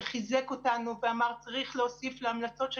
שחיזק אותנו ואמר שצריך להוסיף להמלצות של